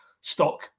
stock